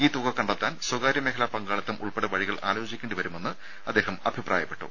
ഈ തുക കണ്ടെത്താൻ സ്വകാര്യ മേഖലാ പങ്കാളിത്തം ഉൾപ്പെടെ വഴികൾ ആലോചിക്കേണ്ടി വരുമെന്നും അദ്ദേഹം അഭിപ്രായപ്പെട്ടു